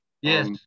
Yes